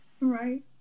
right